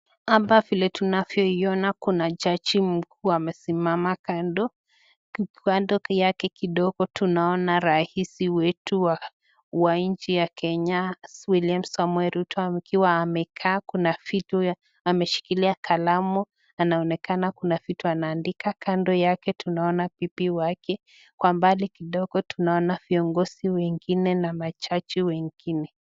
Hapa vile tunavyoiona kuna jaji mkuu amesimama kando. Huku kando yake kidogo tunaona rais yetu wa nchi ya Kenya, William Samoei Ruto akiwa amekaa. Kuna vitu ameshikilia kalamu. Anaonekana kuna vitu ameandika. Kando yake tunaona bibi wake. Kwa mbali tunaona viongozi wengine na majaji wengine.